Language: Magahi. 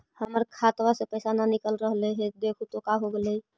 हमर खतवा से पैसा न निकल रहले हे देखु तो का होगेले?